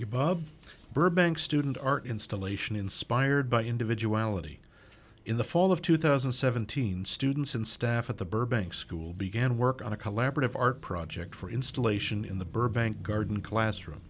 you bob burbank student art installation inspired by individual ality in the fall of two thousand and seventeen students and staff at the burbank school began work on a collaborative art project for installation in the burbank garden classroom